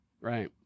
Right